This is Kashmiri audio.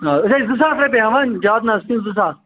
أسۍ حظ چھِ زٕ ساس رۄپیہِ ہیٚوان زیادٕ نہَ حظ کیٚنٛہہ زٕ ساس